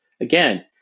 Again